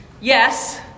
Yes